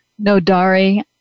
Nodari